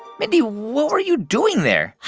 mindy, what were you doing there?